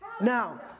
Now